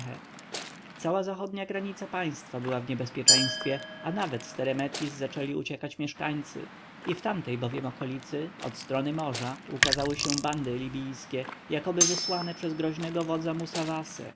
cała zachodnia granica państwa była w niebezpieczeństwie a nawet z teremethis zaczęli uciekać mieszkańcy i w tamtej bowiem okolicy od strony morza ukazały się bandy libijskie jakoby wysłane przez groźnego wodza